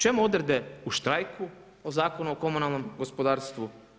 Čemu odredbe o štrajku u Zakonu o komunalnom gospodarstvu?